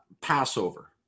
Passover